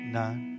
nine